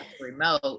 remote